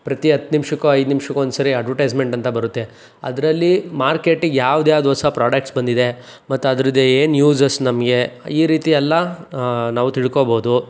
ಪ್ರತಿ ಹತ್ತು ನಿಮಿಷಕ್ಕೋ ಐದು ನಿಮ್ಷಕ್ಕೋ ಒಂದು ಸಾರಿ ಅಡ್ವಟೈಸ್ಮೆಂಟ್ ಅಂತ ಬರುತ್ತೆ ಅದರಲ್ಲಿ ಮಾರ್ಕೆಟಿಗೆ ಯಾವ್ದು ಯಾವ್ದು ಹೊಸ ಪ್ರೋಡಕ್ಟ್ಸ್ ಬಂದಿದೆ ಮತ್ತು ಅದ್ರದ್ದು ಏನು ಯೂಸಸ್ ನಮಗೆ ಈ ರೀತಿಯೆಲ್ಲ ನಾವು ತಿಳ್ಕೊಬೋದು